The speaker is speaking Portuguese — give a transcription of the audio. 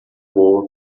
boa